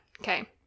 Okay